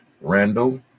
Randall